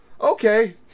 okay